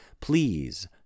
please